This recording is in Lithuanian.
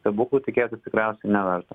stebuklų tikėtis tikriausiai neverta